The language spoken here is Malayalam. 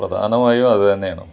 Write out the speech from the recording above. പ്രധാനമായും അതുതന്നെയാണ്